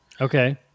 okay